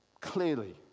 clearly